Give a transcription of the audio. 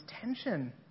tension